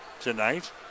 tonight